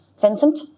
Vincent